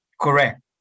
Correct